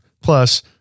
Plus